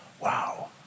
wow